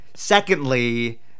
Secondly